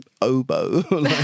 oboe